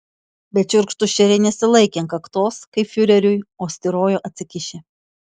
bet šiurkštūs šeriai nesilaikė ant kaktos kaip fiureriui o styrojo atsikišę